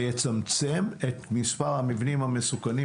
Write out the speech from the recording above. זה יצמצם את מספר המבינם המסוכנים,